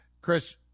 Chris